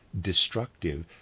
destructive